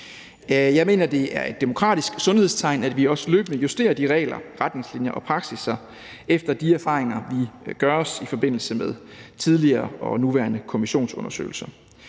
Jeg mener, det er et demokratisk sundhedstegn, at vi også løbende justerer de regler, retningslinjer og praksisser efter de erfaringer, vi gør os i forbindelse med tidligere og nuværende kommissionsundersøgelser.